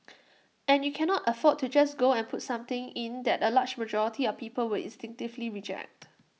and you cannot afford to just go and put something in that A large majority of people will instinctively reject